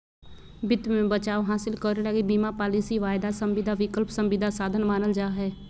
वित्त मे बचाव हासिल करे लगी बीमा पालिसी, वायदा संविदा, विकल्प संविदा साधन मानल जा हय